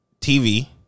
TV